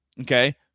Okay